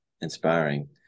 inspiring